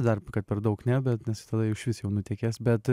dar kad per daug ne bet nes tada išvis jau nutekės bet